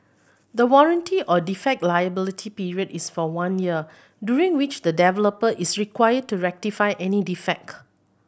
the warranty or defect liability period is for one year during which the developer is required to rectify any defect